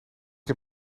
heb